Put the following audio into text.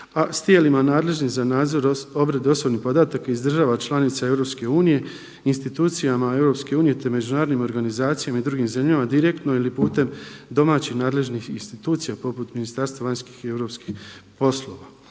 S tijelima nadležnim za nadzor obrade osobnih podataka iz država članica Europske unije, institucijama Europske unije te međunarodnim organizacijama i drugim zemljama direktno ili putem domaćih nadležnih institucija poput Ministarstva vanjskih i europskih poslova.